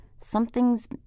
Something's